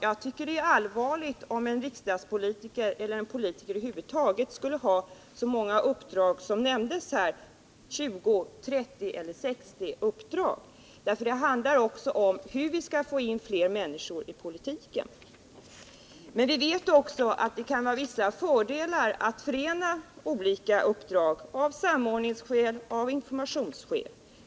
Jag tycker att det är allvarligt om en riksdagspolitiker eller en politiker över huvud taget skulle ha så många uppdrag som nämnts här — 20, 30 eller 60. Det handlar nämligen också om hur vi skall få in fler människor i politiken. Samtidigt vet vi att det kan ha vissa fördelar att förena olika uppdrag —- av samordningsskäl och av informationsskäl.